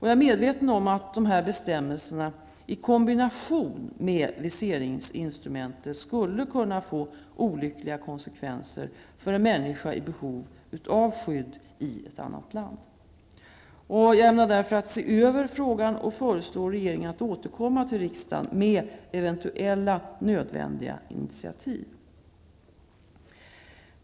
Jag är medveten om att dessa bestämmelser i kombination med viseringsinstrumentet skulle kunna få olyckliga konsekvenser för en människa i behov av skydd i ett annat land. Jag ämnar därför se över frågan och föreslå regeringen att återkomma till riksdagen med eventuella nödvändiga initiativ.